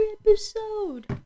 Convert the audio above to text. episode